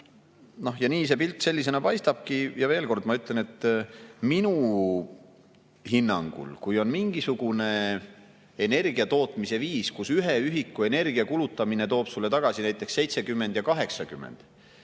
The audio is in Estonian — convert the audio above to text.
Nii see pilt paistabki. Veel kord ütlen, et minu hinnangul, kui on mingisugune energiatootmise viis, kus 1 ühiku energia kulutamine toob sulle tagasi näiteks 70 või 80,